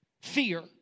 fear